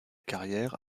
carrière